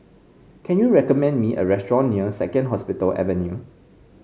can you recommend me a restaurant near Second Hospital Avenue